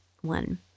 one